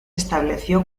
estableció